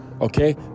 Okay